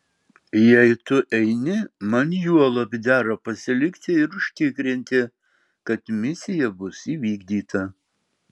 jei tu eini man juolab dera pasilikti ir užtikrinti kad misija bus įvykdyta